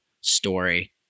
story